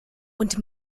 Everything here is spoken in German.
und